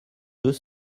deux